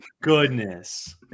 goodness